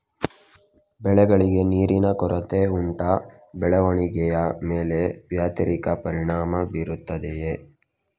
ಬೆಳೆಗಳಿಗೆ ನೀರಿನ ಕೊರತೆ ಉಂಟಾ ಬೆಳವಣಿಗೆಯ ಮೇಲೆ ವ್ಯತಿರಿಕ್ತ ಪರಿಣಾಮಬೀರುತ್ತದೆಯೇ?